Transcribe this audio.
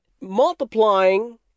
multiplying